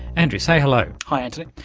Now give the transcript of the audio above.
andrew, say hello. hi antony.